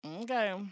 Okay